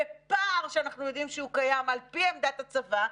בפער שאנחנו יודעים שהוא קיים על פי עמדת הצבא,